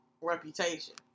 Reputation